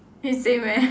eh same eh